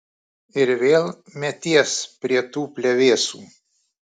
ir vėl meties prie tų plevėsų